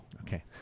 Okay